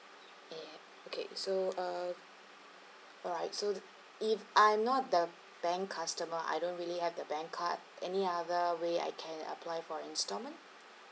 eh okay so uh alright so if I'm not the bank customer I don't really have the bank card any other way I can apply for installment